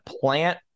plant